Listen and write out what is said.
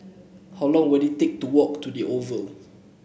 how long will it take to walk to the Oval